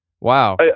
Wow